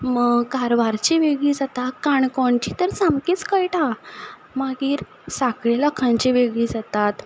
कारवारची वेगळी जाता काणकोणची तर सामकीच कळटा मागीर साकळी लोकांची वेगळी जाता